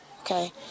Okay